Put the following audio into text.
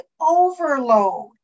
overload